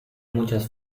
muchas